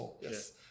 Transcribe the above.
yes